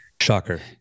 Shocker